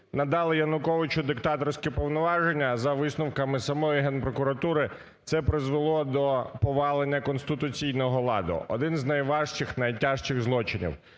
надали Януковичу диктаторські повноваження за висновками самої Генпрокуратури. Це призвело до повалення конституційного ладу, – один із найважчих, найтяжчих злочинів.